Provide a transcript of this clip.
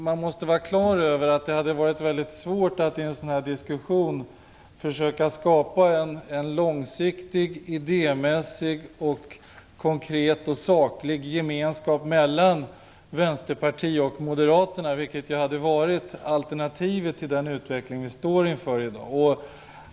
Man måste vara klar över att det hade varit mycket svårt att i en sådan diskussion försöka skapa en långsiktig idémässigt konkret och saklig gemenskap mellan Vänsterpartiet och Moderaterna, vilket hade varit alternativet till den utveckling vi står inför i dag.